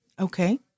okay